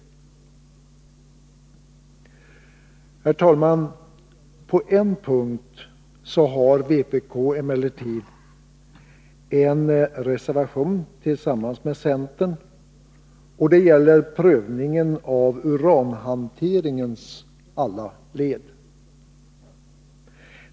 Herr talman! På en punkt har vpk emellertid en reservation tillsammans med centern, och det gäller prövningen av uranhanteringens alla led.